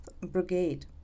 Brigade